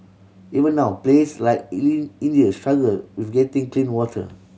even now place like India struggle with getting clean water